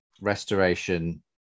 restoration